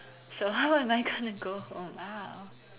so how am I gonna go home now